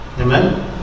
Amen